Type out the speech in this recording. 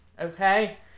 okay